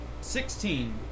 Sixteen